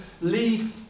lead